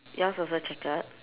yours also checkered